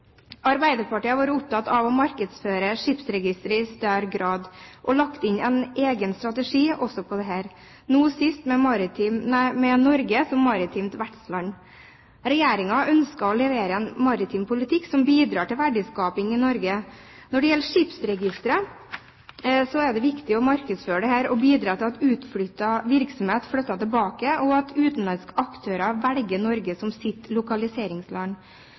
Arbeiderpartiet har vært opptatt av å markedsføre skipsregisteret i større grad og har lagt inn en egen strategi også på dette, nå sist med «Norge som maritimt vertsland». Regjeringen ønsker å levere en maritim politikk som bidrar til verdiskaping i Norge. Når det gjelder skipsregisteret, er det viktig å markedsføre dette og bidra til at utflyttet virksomhet flytter tilbake, og at utenlandske aktører velger Norge som sitt lokaliseringsland.